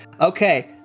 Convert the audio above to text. Okay